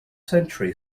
century